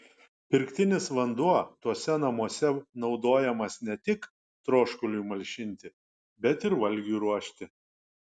pirktinis vanduo tuose namuose naudojamas ne tik troškuliui malšinti bet ir valgiui ruošti